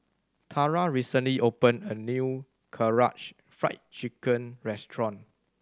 Tara recently opened a new Karaage Fried Chicken restaurant